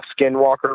skinwalker